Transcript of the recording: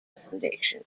foundation